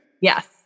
Yes